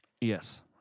Yes